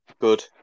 Good